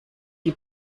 die